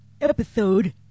episode